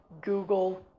google